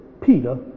Peter